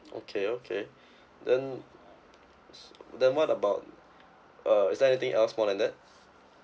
okay okay then then what about uh is there anything else more than that